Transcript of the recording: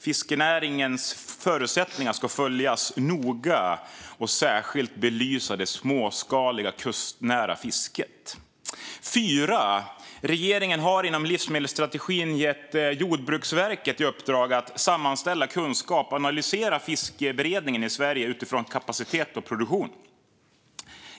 Fiskenäringens förutsättningar ska följas noga, och man ska särskilt belysa det småskaliga kustnära fisket. Regeringen har inom livsmedelsstrategin gett Jordbruksverket i uppdrag att sammanställa kunskap och analysera fiskeberedningen i Sverige utifrån kapacitet och produktion.